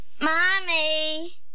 Mommy